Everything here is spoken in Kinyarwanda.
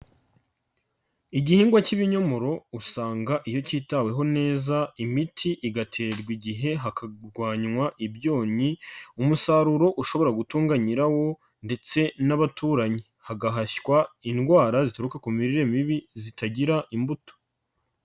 Igihingwa cy'ibinyomoro usanga iyo kitaweho neza imiti igatererwa igihe hakarwanywa ibyonnyi umusaruro, ushobora gutunga nyirawo ndetse n'abaturanyi, agahashywa indwara zituruka ku mirire mibi zitagira imbuto.